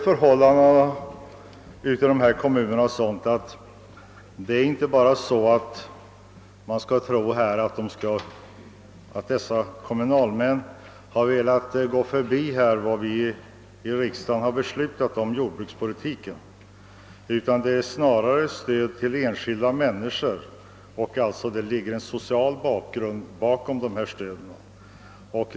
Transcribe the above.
Förhållandena i vissa kommuner är inte sådana att vi skall tro att kommunalmännen har velat gå förbi vad vi i riksdagen har beslutat om jordbrukspolitiken. Snarare har det varit fråga om bistånd till enskilda människor; det ligger alltså ett socialt motiv bakom dessa stöd.